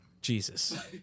Jesus